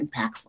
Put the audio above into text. impactful